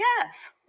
yes